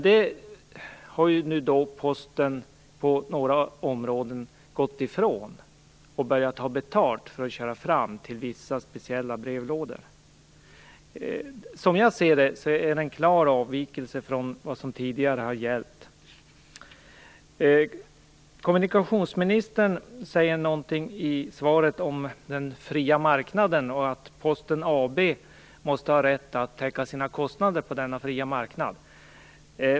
Detta har nu Posten på några områden gått ifrån, och man har börjat ta betalt för att köra fram till vissa speciella brevlådor. Som jag ser det är det en klar avvikelse från vad som tidigare har gällt. Kommunikationsministern säger i svaret någonting om den fria marknaden och att Posten AB måste ha rätt att täcka sina kostnader på denna fria marknad.